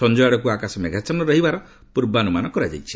ସଞ୍ଜ ଆଡ଼କୁ ଆକାଶ ମେଘାଚ୍ଛନ୍ନ ରହିବାର ପୂର୍ବାନୁମାନ କରାଯାଇଛି